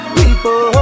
people